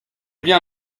bien